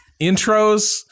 intros